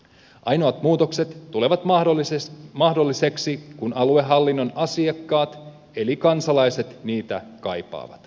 ainoat muutokset tulevat mahdollisiksi kun aluehallinnon asiakkaat eli kansalaiset niitä kaipaavat